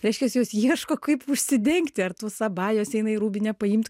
reiškias jos ieško kaip užsidengti ar tuos abajus eina į rūbinę paimt